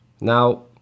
Now